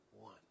one